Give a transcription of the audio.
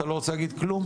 אתה לא רוצה להגיד כלום?